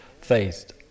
faced